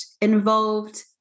involved